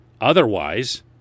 otherwise